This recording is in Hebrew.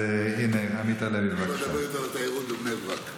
עמית הלוי, בבקשה.